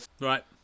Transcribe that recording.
Right